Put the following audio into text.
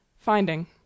Finding